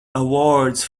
awards